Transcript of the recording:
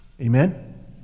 Amen